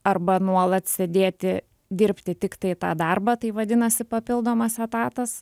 arba nuolat sėdėti dirbti tiktai tą darbą tai vadinasi papildomas etatas